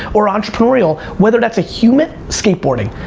or entrepreneurial, whether that's a human skateboarding.